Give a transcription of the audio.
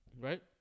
right